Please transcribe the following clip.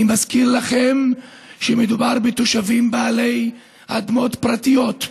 אני מזכיר לכם שמדובר בתושבים בעלי אדמות פרטיות.